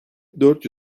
dört